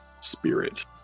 spirit